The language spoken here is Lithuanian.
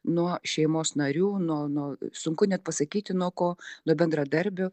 nuo šeimos narių nuo nuo sunku net pasakyti nuo ko nuo bendradarbių